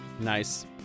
Nice